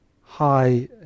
high